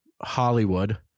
Hollywood